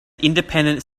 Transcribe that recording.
independent